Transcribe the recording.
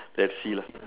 let's see lah